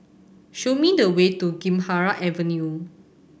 show me the way to Gymkhana Avenue